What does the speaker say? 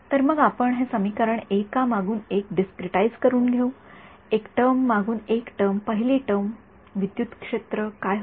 तर मग आपण हे समीकरण एकामागून एक डिस्क्रिटाईज करून घेऊ एका टर्म मागून एक टर्म पहिली टर्म विद्युत क्षेत्र काय होते